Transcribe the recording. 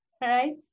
right